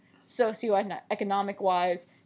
socioeconomic-wise